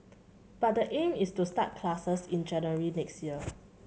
but the aim is to start classes in January next year